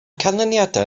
canlyniadau